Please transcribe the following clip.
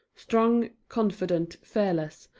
strong, confident, fearless,